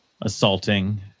assaulting